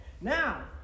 now